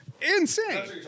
insane